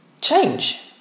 change